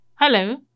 Hello